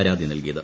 പരാതി നൽകിയത്